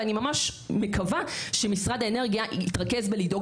ואני ממש מקווה שמשרד האנרגיה יתרכז בלדאוג